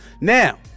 Now